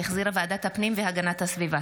שהחזירה ועדת הפנים והגנת הסביבה.